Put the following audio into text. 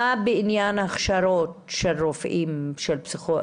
מה ההמלצה בעניין ההכשרות של רופאים פסיכיאטרים?